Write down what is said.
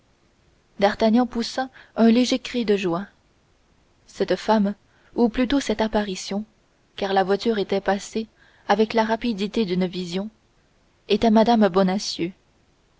d'artagnan poussa un léger cri de joie cette femme ou plutôt cette apparition car la voiture était passée avec la rapidité d'une vision était mme bonacieux